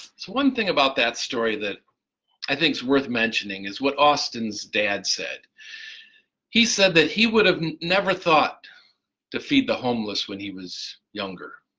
so one thing about that story that i think is worth mentioning is what austin's dad said he said that he would have never thought to feed the homeless when he was younger.